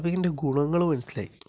അപ്പം ഇതിൻ്റെ ഗുണങ്ങള് മനസ്സിലായി